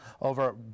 over